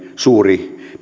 suuri